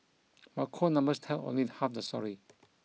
but cold numbers tell only half the story